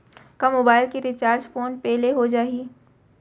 का मोबाइल के recharge PhonePe ले हो जाही?